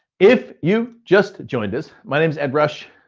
if you just joined us, my name is ed rush.